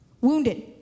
Wounded